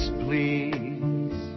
please